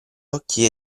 occhi